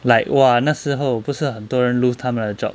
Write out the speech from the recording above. like !wah! 那时候不是很多人 lose 他们的 job